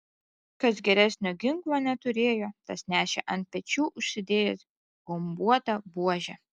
kas geresnio ginklo neturėjo tas nešė ant pečių užsidėjęs gumbuotą buožę